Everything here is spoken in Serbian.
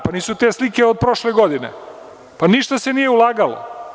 Pa, nisu te slike od prošle godine, pa ništa se nije ulagalo.